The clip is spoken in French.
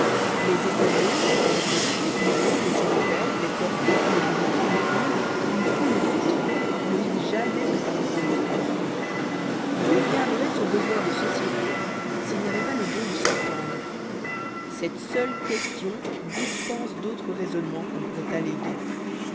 les étournëaùx les perdrix les pigeons les hirondelles les corbeaux les grues les poules une foule dautres ne vivent jamais que par grandes troupes d'où viendrait ce besoin de société s'ils n'a voient pas le don de s'entendre cette seule question dispense d'autres raisonnements cftïon pourroialléguer